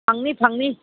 ꯐꯪꯅꯤ ꯐꯪꯅꯤ